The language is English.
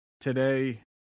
today